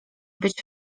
być